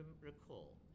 recall